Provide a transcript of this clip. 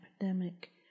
epidemic